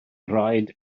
rhaid